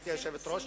גברתי היושבת-ראש.